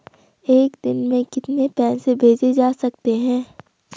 एक दिन में कितने पैसे भेजे जा सकते हैं?